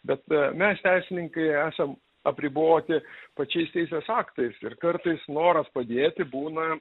bet mes teisininkai esam apriboti pačiais teisės aktais ir kartais noras padėti būna